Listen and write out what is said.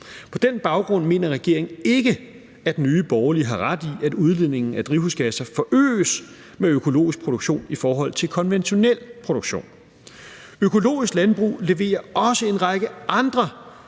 På den baggrund mener regeringen ikke, at Nye Borgerlige har ret i, at udledningen af drivhusgasser forøges med økologisk produktion i forhold til konventionel produktion. Økologisk landbrug leverer også på en række andre